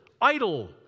idle